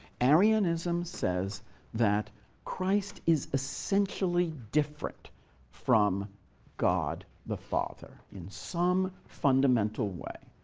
arianism says that christ is essentially different from god the father in some fundamental way,